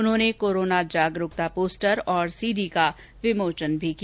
उन्होने कोरोना जागरूकता पोस्टर और सीडी को विमोचन भी किया